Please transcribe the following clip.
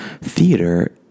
theater